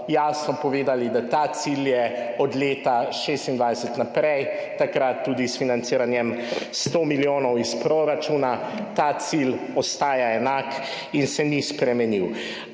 jasno povedali, da je ta cilj od leta 2026 naprej, takrat tudi s financiranjem 100 milijonov iz proračuna. Ta cilj ostaja enak in se ni spremenil.